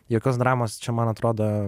jokios dramos čia man atrodo